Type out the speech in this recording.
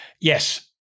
Yes